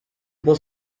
bus